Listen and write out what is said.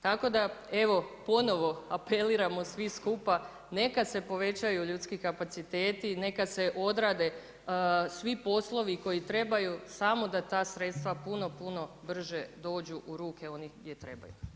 Tako da evo, ponovno apeliramo svi skupa, neka se povećaju ljudski kapaciteti, neka se odrade svi poslovi koji trebaju, samo da ta sredstva puno, puno brže dođu u ruke onih gdje trebaju.